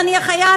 נניח היה,